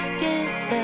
Guess